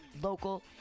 local